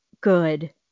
good